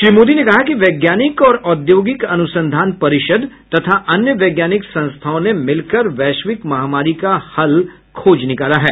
श्री मोदी ने कहा कि वैज्ञानिक और औद्योगिक अनुसंधान परिषद तथा अन्य वैज्ञानिक संस्थाओं ने मिलकर वैश्विक महामारी का हल खोज निकाला है